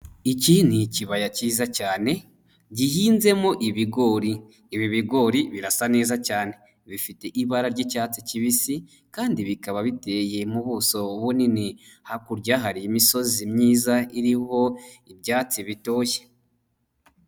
Iki ni ikibaya cyiza cyane, gihinzemo ibigori, ibi bigori birasa neza cyane, bifite ibara ry'icyatsi kibisi kandi bikaba biteye mu buso bunini, hakurya hari imisozi myiza iriho ibyatsi bitoshye.